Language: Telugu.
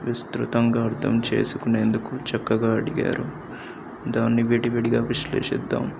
విస్తృతంగా అర్థం చేసుకునేందుకు చక్కగా అడిగారు దాన్ని విడివిడిగా విశ్లేషిద్దాం